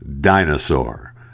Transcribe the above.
dinosaur